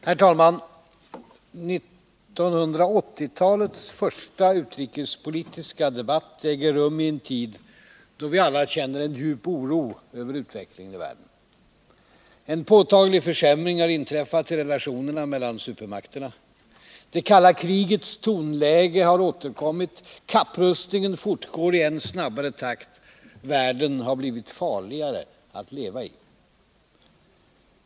Herr talman! 1980-talets första utrikespolitiska debatt äger rum i en tid då vi alla känner djup oro inför utvecklingen i världen. En påtaglig försämring har inträffat i relationerna mellan supermakterna. Det kalla krigets tonläge har återkommit. Kapprustningen fortgår i än snabbare takt. Världen har blivit farligare att leva i.